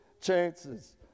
chances